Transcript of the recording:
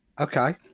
okay